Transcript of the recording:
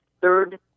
third